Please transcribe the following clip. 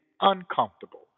uncomfortable